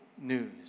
news